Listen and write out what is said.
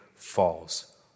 falls